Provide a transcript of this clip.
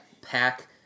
pack